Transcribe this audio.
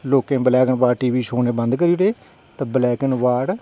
लोकें black and TV दिक्खना बंद करी ओड़े ते ब्लैक एंड व्हाईट